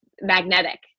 magnetic